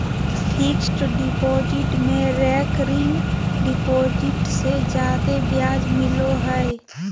fixed deposit में recurring deposit से जादे ब्याज मिलो हय